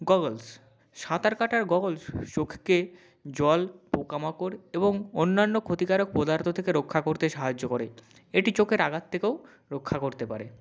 goggles সাঁতার কাটার goggles চোখকে জল পোকা মাকড় এবং অন্যান্য ক্ষতিকারক পদার্থ থেকে রক্ষা করতে সাহায্য করে এটি চোখের আঘাত থেকেও রক্ষা করতে পারে